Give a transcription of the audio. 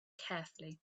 carefully